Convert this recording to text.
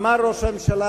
אמר ראש הממשלה,